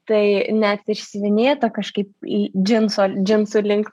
tai net išsiuvinėta kažkaip į džinso džinsų link